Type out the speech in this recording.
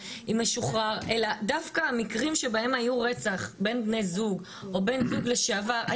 המקרים שבהם היה רצח בין בני זוג או בני זוג לשעבר,